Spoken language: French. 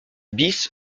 bis